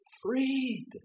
freed